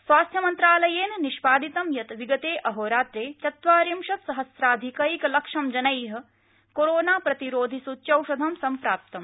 स्वास्थ्य मन्त्रालयेन निष्पादितम् यत् विगते अहोरात्रे चत्वारिंशत्सहस्राधिक एकलक्षं जनै कोरोना प्रतिरोधि सूच्यौषधं सम्प्राप्तम्